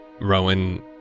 Rowan